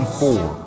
four